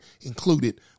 included